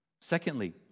Secondly